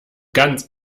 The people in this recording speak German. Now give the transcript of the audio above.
ganz